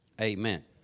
Amen